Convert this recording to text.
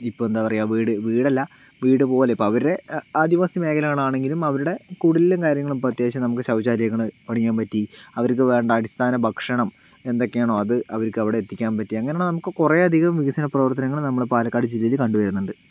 ഇപ്പോൾ ഏന്താ പറയുക വീട് വീടല്ല വീടു പോലെ ഇപ്പോൾ അവരുടെ ആദിവാസി മേഖലകളാണെങ്കിലും അവരുടെ കുടിലിലും കാര്യങ്ങളും ഇപ്പോൾ അത്യാവശ്യം നമുക്ക് ശൌചാലയങ്ങള് പണിയാൻ പറ്റി അവർക്ക് വേണ്ട അടിസ്ഥാന ഭക്ഷണം എന്തൊക്കെയാണോ അത് അവർക്ക് അവിടെ എത്തിക്കാൻ പറ്റി അങ്ങനെയുള്ള നമുക്ക് കുറെ അധികം വികസന പ്രവർത്തനങ്ങള് നമ്മളെ പാലക്കാട് ജില്ലയിൽ കണ്ടു വരുന്നുണ്ട്